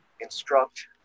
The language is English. instruct